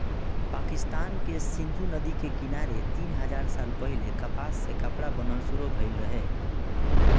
पाकिस्तान के सिंधु नदी के किनारे तीन हजार साल पहिले कपास से कपड़ा बनल शुरू भइल रहे